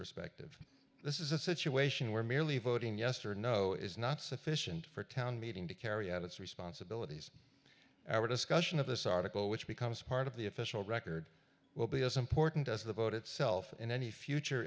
perspective this is a situation where merely voting yesterday no is not sufficient for a town meeting to carry out its responsibilities or discussion of this article which becomes part of the official record will be as important as the vote itself in any future